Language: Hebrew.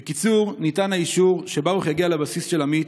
בקיצור, ניתן האישור שברוך יגיע לבסיס של עמית.